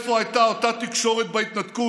איפה הייתה אותה תקשורת בהתנתקות,